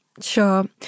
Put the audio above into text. Sure